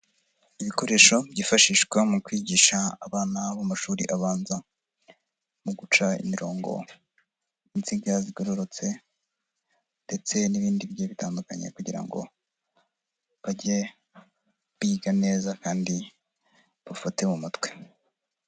Ibikoresho byifashishwa mu kwigisha abana b amashuri abanza mu guca imirongo, inziga zigororotse ndetse n'ibindi bi bitgiye bitandukanye kugira ngo bajye biga neza kandi bafate mu mutwe.